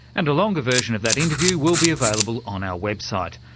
and a longer version of that interview will be available on our website,